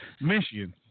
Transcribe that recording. Michigan